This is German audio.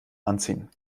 anziehen